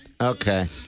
Okay